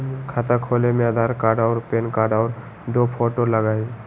खाता खोले में आधार कार्ड और पेन कार्ड और दो फोटो लगहई?